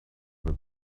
with